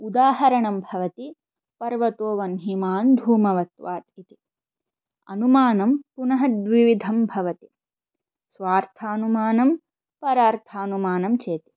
उदाहरणं भवति पर्वतो वह्निमान् धूमवत्त्वाद् इति अनुमानं पुनः द्विविधं भवति स्वार्थानुमानं परार्थानुमानञ्चेति